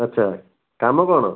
ଆଚ୍ଛା କାମ କ'ଣ